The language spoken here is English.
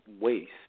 waste